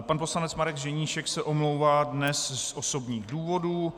Pan poslanec Marek Ženíšek se omlouvá dnes z osobních důvodů.